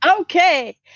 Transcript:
Okay